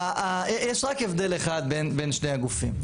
יש רק הבדל אחד בין שני הגופים.